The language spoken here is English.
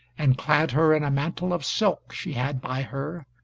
and clad her in a mantle of silk she had by her,